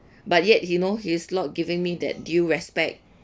but yet you know he's not giving me that due respect